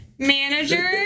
manager